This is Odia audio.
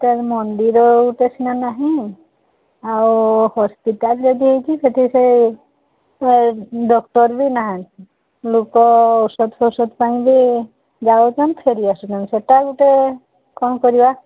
ଏଟାରେ ମନ୍ଦିର ଗୋଟେ ସିନା ନାହିଁ ଆଉ ହସ୍ପିଟାଲ ଯେ ଅଛି ସେଠି ସେ ସେ ଡକ୍ଟର ବି ନାହାଁନ୍ତି ଲୋକ ଔଷଧ ଫୋଷଧ ପାଇଁ ବି ଯାଉଛନ୍ତି ଫେରି ଆସୁଛନ୍ତି ସେଟା ଗୋଟେ କ'ଣ କରିବା